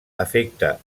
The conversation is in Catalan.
afecta